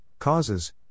Causes